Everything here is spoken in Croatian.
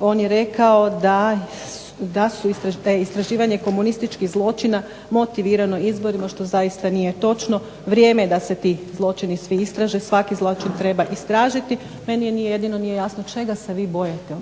On je rekao da su, da je istraživanje komunističkih zločina motivirano izborima, što zaista nije točno. Vrijeme je da se ti zločini svi istraže, svaki zločin treba istražiti, meni jedino nije jasno čega se vi bojite.